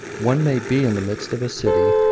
one may be in the midst of a city,